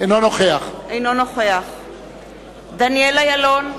אינו נוכח דניאל אילון,